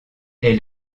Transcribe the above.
est